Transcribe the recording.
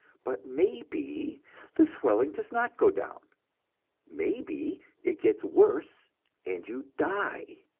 but maybe the swelling does not go down maybe it gets worse and you die.